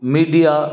media